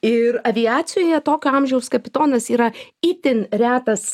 ir aviacijoje tokio amžiaus kapitonas yra itin retas